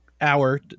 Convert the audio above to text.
hour